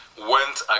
went